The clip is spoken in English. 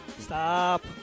Stop